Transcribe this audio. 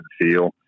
feel